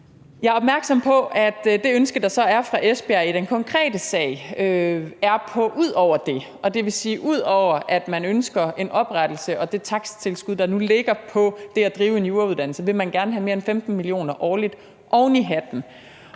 Jeg er opmærksom på, at det ønske, der så er fra Esbjerg i den konkrete sag, er ud over det. Det vil sige, at ud over at man ønsker en oprettelse og det taksttilskud, der nu ligger på det at drive en jurauddannelse, vil man gerne have mere end 15 mio. kr. årligt oven i hatten.